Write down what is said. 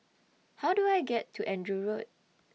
How Do I get to Andrew Road